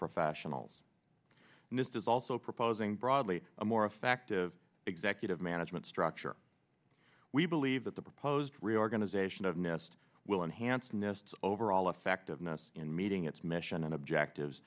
professionals and this is also proposing broadly a more effective executive management structure we believe that the proposed reorganization of nest will enhance nests over all effectiveness in meeting its mission objectives